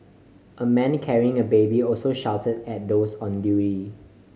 a man carrying a baby also shouted at those on duty